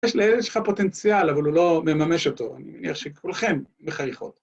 ‫יש לאלה שלך פוטנציאל, ‫אבל הוא לא מממש אותו. ‫אני מניח שכולכם מחייכות.